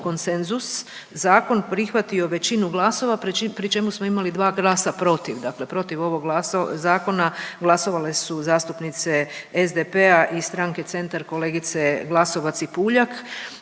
konsenzus, zakon prihvatio većinu glasova, pri čemu smo imali 2 glasa protiv, dakle protiv ovog .../nerazumljivo/... zakona glasovale su zastupnice SDP-a i stranke Centar, kolegice Glasovac i Puljak